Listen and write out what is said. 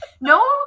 no